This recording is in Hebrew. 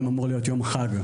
היום אמור להיות יום חג,